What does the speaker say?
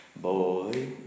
Boy